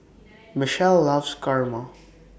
Mitchell loves Kurma